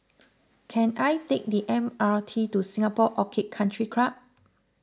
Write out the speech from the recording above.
can I take the M R T to Singapore Orchid Country Club